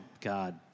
God